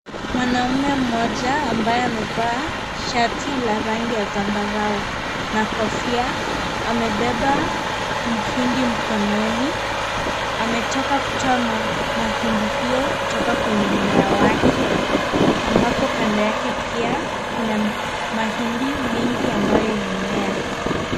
Mwanamme mmoja ambaye amevaa shati la rangi ya zabarau na kofia amebeba mhindi mkononi. Ametoka kutoa mahindi hiyo kutoka kenye mmea wake ambapo kando yake pia kuna mahindi mingi ambayo imemea.